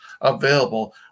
available